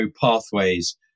pathways